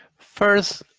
first,